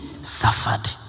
suffered